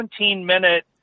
17-minute